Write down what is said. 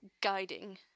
guiding